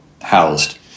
housed